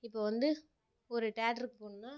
இப்போது வந்து ஒரு டேட்டருக்கு போகணுன்னா